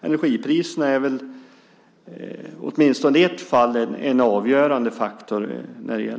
Energipriserna är åtminstone i det ena fallet en avgörande faktor.